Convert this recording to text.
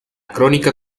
crónica